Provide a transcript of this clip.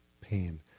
pain